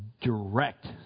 direct